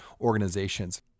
organizations